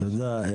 תודה.